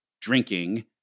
drinking